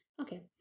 okay